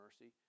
mercy